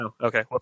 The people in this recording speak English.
Okay